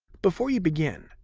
before you begin,